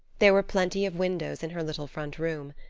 there were plenty of windows in her little front room.